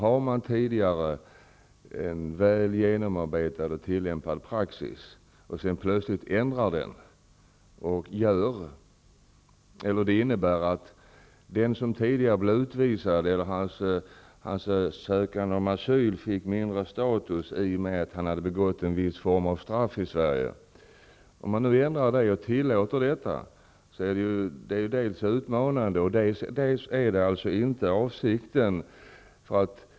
Om man har en väl genomarbetad praxis sedan tidigare och plötsligt ändrar den -- en asylsökande fick tidigare mindre status för att han hade begått ett visst brott i Sverige -- och ''tillåter'' brott är det utmanande. Det är inte heller avsikten.